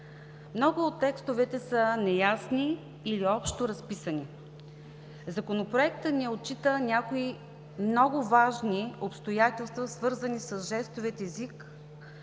Много от текстовете са неясни или общо разписани. Законопроектът не отчита някои много важни обстоятелства, свързани с жестовия език